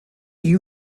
you